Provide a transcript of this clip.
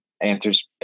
answers